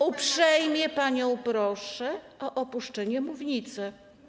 Uprzejmie panią proszę o opuszczenie mównicy.